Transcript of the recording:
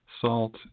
salt